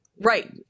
Right